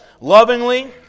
lovingly